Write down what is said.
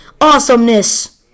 awesomeness